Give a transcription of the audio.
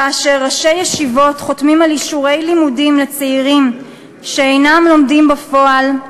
כאשר ראשי ישיבות חותמים על אישורי לימודים לצעירים שאינם לומדים בפועל,